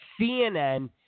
CNN